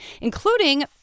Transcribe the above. including